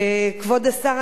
כבוד השר,